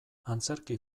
antzerki